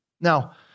Now